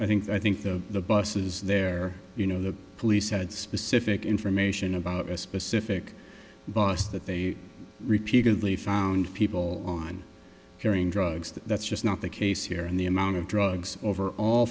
i think i think that the buses there you know the police had specific information about a specific bus that they repeatedly found people on carrying drugs that that's just not the case here and the amount of drugs over all